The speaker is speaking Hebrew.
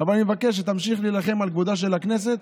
אבל אני מבקש שתמשיך להילחם על כבודה של הכנסת